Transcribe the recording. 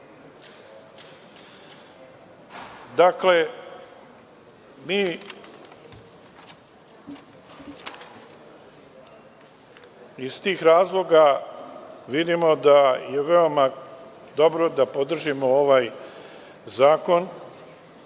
smislu. Dakle, mi iz tih razloga vidimo da je veoma dobro da podržimo ovaj zakon,